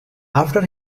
after